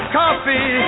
coffee